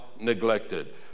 neglected